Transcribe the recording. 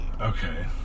Okay